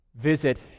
visit